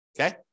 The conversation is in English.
Okay